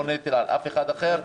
לא נטל על אף אחד אחר.